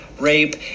Rape